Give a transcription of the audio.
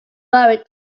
worried